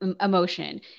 emotion